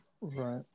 right